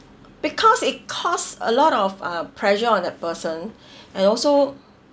because it cause a lot of uh pressure on that person and also